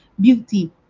beauty